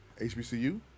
HBCU